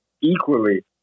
equally